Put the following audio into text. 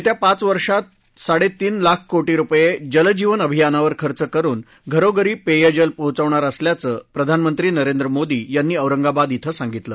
येत्या पाच वर्षांत साडे तीन लाख कोशीरुपये जल जीवन अभियानावर खर्च करून घरोघरी पेयजल पोहोचवणार असल्याचं प्रधानमंत्री नरेंद्र मोदी यांनी औरंगाबाद इथं सांगितलं